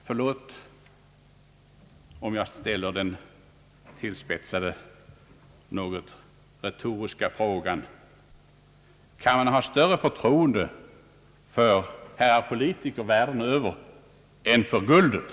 Förlåt om jag här ställer den tillspetsade något retoriska frågan: Kan man ha större förtroende för herrar politiker världen över än för guldet?